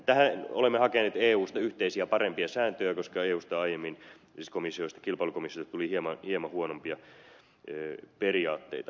tähän olemme hakeneet eusta yhteisiä parempia sääntöjä koska eusta aiemmin siis kilpailukomissiosta tuli hieman huonompia periaatteita